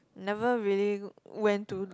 never really went to